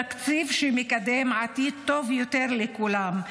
תקציב שמקדם עתיד טוב יותר לכולם,